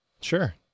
Sure